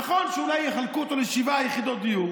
נכון שאולי יחלקו אותה לשבע יחידות דיור,